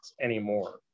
anymore